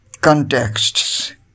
contexts